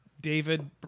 David